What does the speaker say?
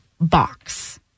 box